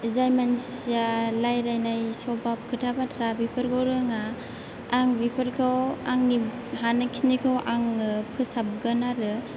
जाय मानसिया रायलायनाय सबाब खोथा बाथ्रा बेफोरखौ रोङा आं बेफोरखौ आंनि हानाय खिनिखौ आङो फोसाबगोन आरो